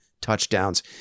touchdowns